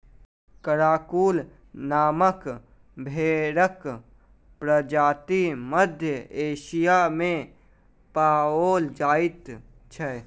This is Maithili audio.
कराकूल नामक भेंड़क प्रजाति मध्य एशिया मे पाओल जाइत छै